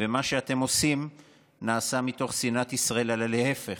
ומה שאתם עושים נעשה מתוך שנאת ישראל, אלא להפך.